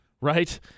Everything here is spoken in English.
Right